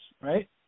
right